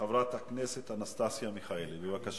חברת הכנסת אנסטסיה מיכאלי, בבקשה.